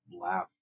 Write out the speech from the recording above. laugh